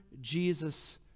Jesus